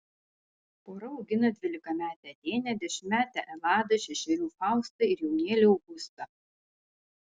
pora augina dvylikametę atėnę dešimtmetę eladą šešerių faustą ir jaunėlį augustą